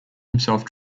himself